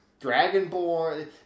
dragonborn